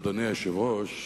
אדוני היושב-ראש,